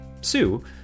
Sue